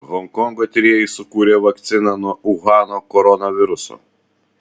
honkongo tyrėjai sukūrė vakciną nuo uhano koronaviruso